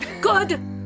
Good